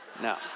No